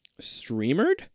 Streamered